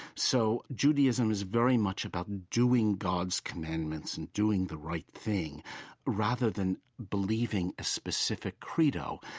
so judaism is very much about doing god's commandments and doing the right thing rather than believing a specific credo.